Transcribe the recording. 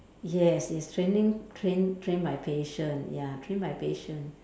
yes yes training train train my patience ya train my patience